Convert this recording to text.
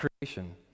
creation